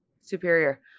superior